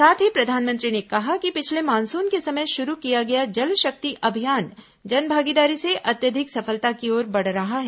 साथ ही प्रधानमंत्री ने कहा कि पिछले मानसून के समय शुरू किया गया जल शक्ति अभियान जनभागीदारी से अत्यधिक सफलता की ओर बढ़ रहा है